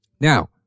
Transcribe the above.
Now